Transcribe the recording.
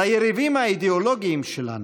ליריבים האידיאולוגיים שלנו,